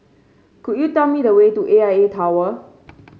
could you tell me the way to A I A Tower